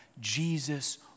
Jesus